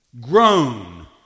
Grown